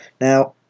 Now